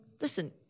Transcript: listen